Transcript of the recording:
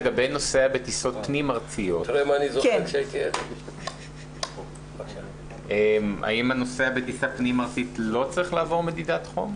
"נוסע נכנס" מי שנכנס לישראל כנוסע טיסה בין-לאומית.